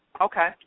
Okay